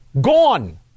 Gone